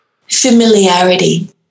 Familiarity